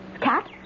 Cat